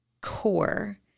core